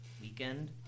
weekend